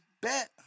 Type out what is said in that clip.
bet